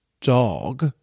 dog